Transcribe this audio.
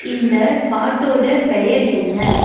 இந்த பாட்டோட பெயர் என்ன